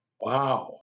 Wow